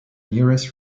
nearest